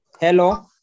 Hello